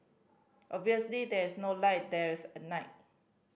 obviously there is no light there is at night